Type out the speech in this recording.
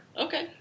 Okay